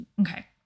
Okay